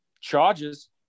Charges